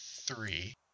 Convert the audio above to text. three